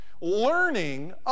Learning